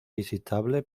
visitable